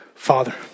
Father